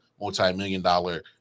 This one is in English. multi-million-dollar